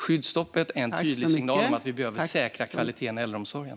Skyddsstoppet är en tydlig signal om att vi behöver säkra kvaliteten inom äldreomsorgen.